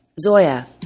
Zoya